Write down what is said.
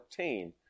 14